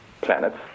planets